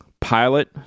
Pilot